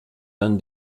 dann